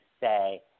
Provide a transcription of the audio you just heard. say